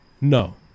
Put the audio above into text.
No